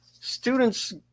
students